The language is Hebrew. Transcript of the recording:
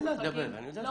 לא